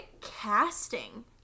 casting